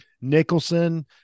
Nicholson